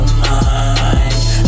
mind